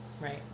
right